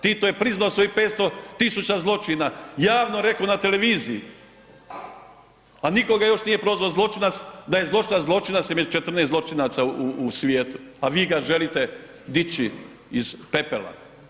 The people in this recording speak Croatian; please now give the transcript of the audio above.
Tito je priznao svojih 500 tisuća zločina, javno rekao na televiziji, a nitko ga još nije prozvao zločinca, da je zločinac zločinac između 14 zločinaca u svijetu, a vi ga želite dići iz pepela.